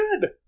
good